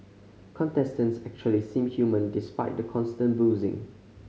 contestants actually seem human despite the constant boozing